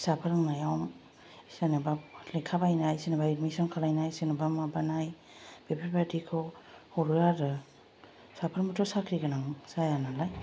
फिसा फोरोंनायाव जेनेबा लेखा बायनाय बा एडमिसन खायलायनाय सोरनोबा माबानाय बेफोरबादिखौ हरो आरो साफ्रामबोथ' साख्रि गोनां जाया नालाय